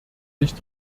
sich